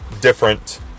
different